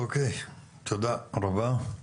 אוקיי, תודה רבה.